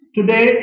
Today